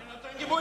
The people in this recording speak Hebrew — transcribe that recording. אני נותן גיבוי